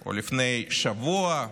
או לפני שבוע.